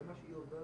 זאת לא ממשלת ערכים.